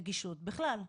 נגישות, אלא בכלל.